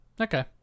Okay